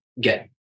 get